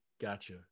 gotcha